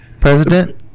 president